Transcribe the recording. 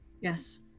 yes